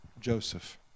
Joseph